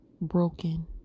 broken